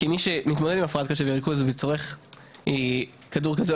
כמי שמתמודד עם הפרעת קשב וריכוז וצורך כדור כזה,